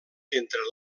entre